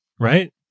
right